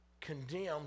condemned